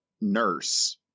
nurse